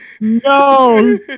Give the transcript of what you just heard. No